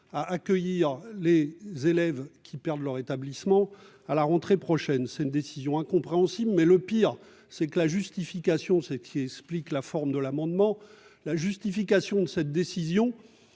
à accueillir les élèves qui perdent leur établissement à la rentrée prochaine, c'est une décision incompréhensible mais le pire c'est que la justification, ce qui explique la forme de l'amendement, la justification de cette décision,